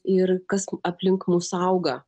ir kas aplink mus auga